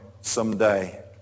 someday